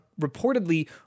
reportedly